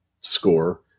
score